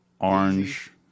Orange